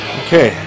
okay